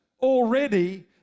already